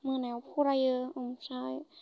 मोनायाव फरायो ओमफ्राय